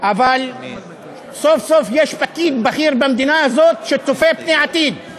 אבל סוף-סוף יש פקיד בכיר במדינה הזאת שצופה פני עתיד.